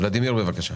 ולדימיר, בבקשה.